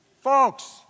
Folks